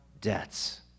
debts